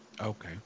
Okay